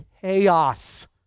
chaos